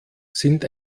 sind